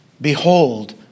Behold